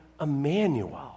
Emmanuel